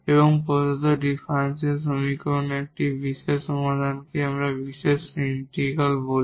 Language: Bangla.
এবং প্রদত্ত ডিফারেনশিয়াল সমীকরণের একটি বিশেষ সমাধানকে আমরা বিশেষ ইন্টিগ্রাল বলি